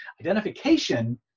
Identification